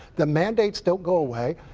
the mandates don't go away.